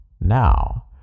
now